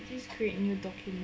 this create new document